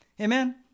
Amen